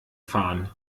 fahren